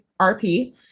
RP